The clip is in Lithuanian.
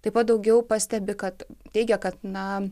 taip pat daugiau pastebi kad teigia kad na